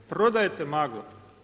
Prodajete maglu.